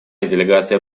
делегация